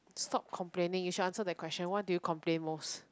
stop complaining you should answer that question what do you complain most